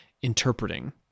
interpreting